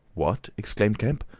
what! exclaimed kemp.